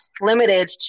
limited